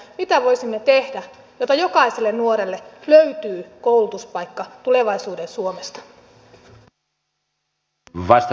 mitä voisimme tehdä jotta jokaiselle nuorelle löytyy koulutuspaikka tulevaisuuden suomesta